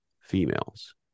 females